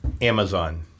Amazon